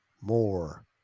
more